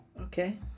Okay